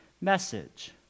message